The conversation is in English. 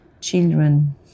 children